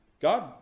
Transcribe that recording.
god